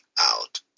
out